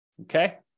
Okay